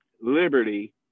liberty